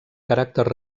caràcter